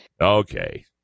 Okay